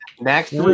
next